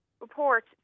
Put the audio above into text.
report